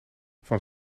van